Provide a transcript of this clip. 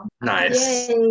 nice